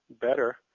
better